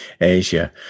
Asia